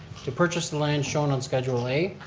to purchase the land shown on schedule a